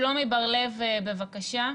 שלומי בר לב, בבקשה.